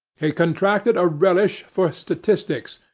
he contracted a relish for statistics,